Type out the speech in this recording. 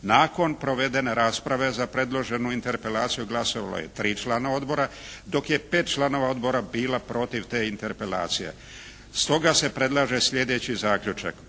Nakon provedene rasprave za predloženu interpelaciju glasovalo je 3 člana odbora, dok je 5 članova odbora bilo protiv te interpelacije. Stoga se predlaže slijedeći zaključak.